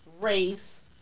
race